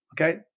okay